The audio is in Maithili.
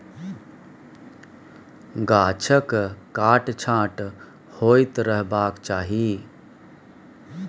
गाछक काट छांट होइत रहबाक चाही